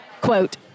quote